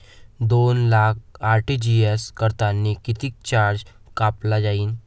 दोन लाख आर.टी.जी.एस करतांनी कितीक चार्ज कापला जाईन?